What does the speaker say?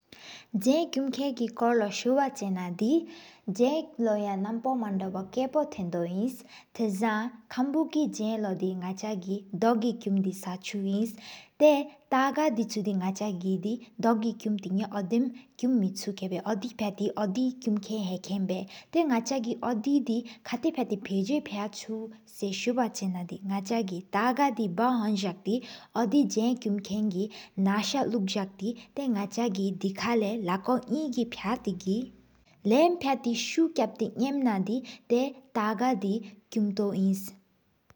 ཙན་ཀུམ་ཁག་གི་སྐོར་ལོ་སུབ་ཅེ་ན་དི། ཙན་ལོ་ཡ་ནམ་པོ་མང་པོ་དོ་ཀཔོ་དེན་དང་འིན། ཐེས་སཾ་ཀམ་བུ་གི་ཙན་ལོ་ནག་ཅག་གི་དོག་གི། ཀུམ་དི་ས་ཆུ་དང་ཏེ་ཏ་ད་ཅུ་དི་ནག་ཅག་གི། དོག་གི་ཀུམ་ཏི་ཡ་ཀུམ་མེ་ཅོ་ཀན་བཞེད་སྤྱིན། ཕྱ་ཏེ་དོ་དི་ཀུམ་ཀན་གེབ་བཞེད་སྤྱིན། ཏ་ད་ནག་ཅག་གི་སྡེ་དི་གྱི་སག་ཡ་ཡ་བྲོ་འོད། སྐོར་ཅེ་ན་དི་པ་སྡེ་གི་ཏ་དང་འིན། བག་ཧོན་ཟག་ཏེ་དོ་དི་ཙན་ཀུམ་ཀན་གི་ནས་སུ་ཀ་འིན། ལུག་ཟག་ཏེ་ད་ནག་གི་དེད་ལེ་ལེ་ཉེ་གི། ཕྱ་ཏེ་གི་ལམ་སྟོང་གི་སུག་ཀབ་ཏེ་མེན་ན་དི། ཏ་ད་གི་ཀུམ་ཏོའུ་འིན།